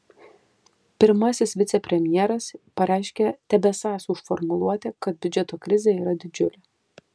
pirmasis vicepremjeras pareiškė tebesąs už formuluotę kad biudžeto krizė yra didžiulė